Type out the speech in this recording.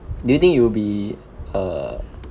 do you think you will be uh